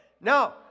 No